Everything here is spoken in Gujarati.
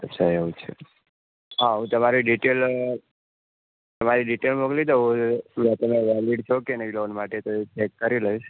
અચ્છા એવું છે હા હું તમારી ડિટેલ તમારી ડિટેલ મોકલી દો એ પહેલા વેલીડ છો કે નહીં લોન માટે તે હું ચેક કરી લઈશ